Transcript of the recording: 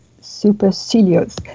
supercilious